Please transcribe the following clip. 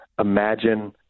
imagine